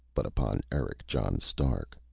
but upon eric john stark.